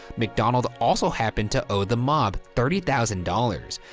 macdonald also happened to owe the mob thirty thousand dollars.